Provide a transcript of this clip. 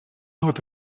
north